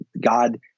God